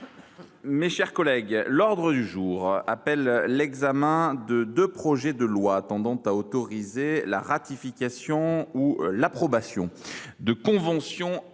les tribunes. L’ordre du jour appelle l’examen de deux projets de loi tendant à autoriser la ratification ou l’approbation de conventions